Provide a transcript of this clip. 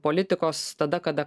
politikos tada kada